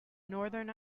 northern